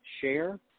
share